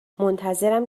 منتظرم